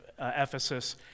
Ephesus